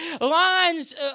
lines